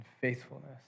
faithfulness